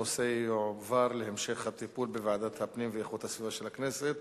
הנושא יועבר להמשך הטיפול בוועדת הפנים והגנת הסביבה של הכנסת.